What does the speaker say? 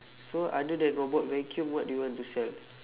so other than robot vacuum what do you want to sell